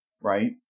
right